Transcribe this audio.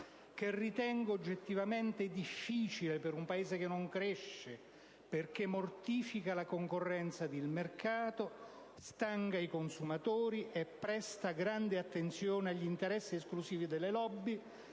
che ritengo oggettivamente difficile per un Paese che non cresce, perché mortifica la concorrenza ed il mercato, stanga i consumatori e presta grande attenzione agli interessi esclusivi delle *lobby*,